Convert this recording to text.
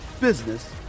business